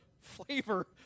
flavor